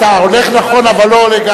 לא, אתה הולך נכון, אבל לא לגמרי.